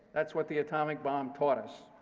that's what the atomic bomb taught us.